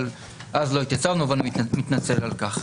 אבל אז לא התייצבנו ואני מתנצל על כך.